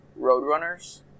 Roadrunners